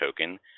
token